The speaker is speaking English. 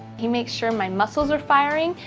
he makes sure my muscles are firing,